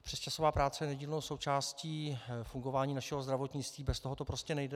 Přesčasová práce je nedílnou součástí fungování našeho zdravotnictví, bez toho to prostě nejde.